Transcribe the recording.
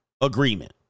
agreement